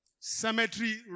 Cemetery